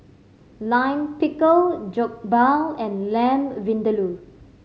Lime Pickle Jokbal and Lamb Vindaloo